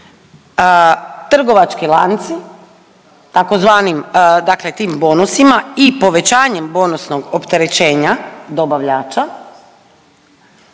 trgovački lanci tzv. dakle tim bonusima i povećanjem bonusnog opterećenja dobavljača